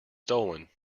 stolen